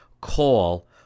call